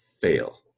fail